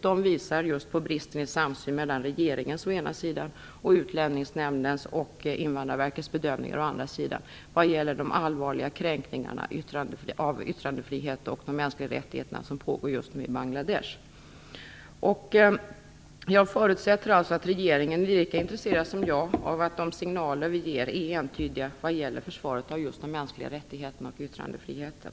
De visar just på bristen i samsyn mellan regeringens ståndpunkt å ena sidan och Utlänningsnämndens och Invandrarverkets bedömningar å andra sidan vad gäller de allvarliga kränkningar av yttrandefriheten och de mänskliga rättigheterna som just nu pågår i Jag förutsätter alltså att regeringen är lika intresserad som jag av att de signaler vi ger är entydiga vad gäller försvaret av just de mänskliga rättigheterna och yttrandefriheten.